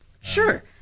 Sure